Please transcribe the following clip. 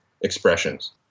expressions